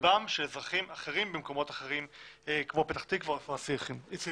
גבם של אזרחים אחרים במקומות אחרים כמו פתח תקווה וכפר סירקין.